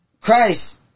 Christ